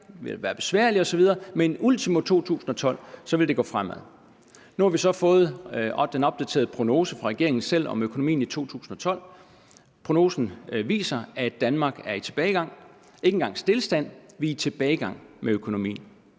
ville være besværlig osv., men ultimo 2012 ville det gå fremad. Nu har vi så fået den opdaterede prognose fra regeringen selv om økonomien i 2012. Prognosen viser, at Danmark er i tilbagegang, ikke engang stilstand, vi er i tilbagegang, hvad angår økonomien.